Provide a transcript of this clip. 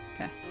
Okay